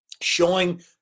showing